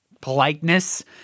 politeness